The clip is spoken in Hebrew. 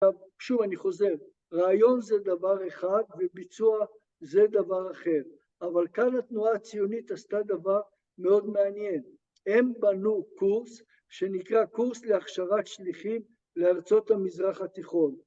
עכשיו, שוב אני חוזר, רעיון זה דבר אחד, וביצוע זה דבר אחר. אבל כאן התנועה הציונית עשתה דבר מאוד מעניין. הם בנו קורס שנקרא קורס להכשרת שליחים לארצות המזרח התיכון.